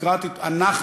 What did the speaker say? אנחנו,